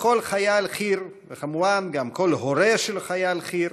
וכל חייל חי"ר, וכמובן גם כל הורה של חייל חי"ר,